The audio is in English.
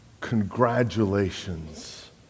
congratulations